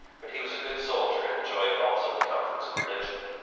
but he was a good soldier and enjoyed also the comforts of religion.